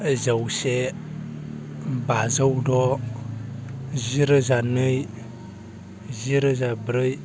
जौसे बाजौ द' जिरोजा नै जिरोजा ब्रै